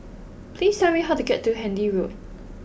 please tell me how to get to Handy Road